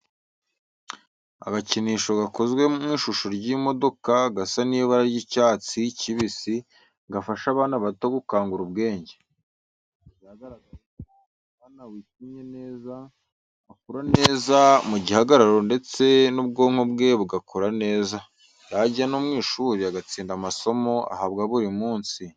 Agakinisho gakozwe mu ishusho y'imodoka gasa n'ibara ry'icyatsi kibisi gafasha abana bato gukangura ubwenge. Byaragaragaye ko umwana wakinnye neza akura neza mu gihagararo ndetse n'ubwonko bwe bugakora neza, yajya no mu ishuri agatsinda amasomo ahabwa buri munsi.